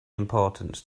importance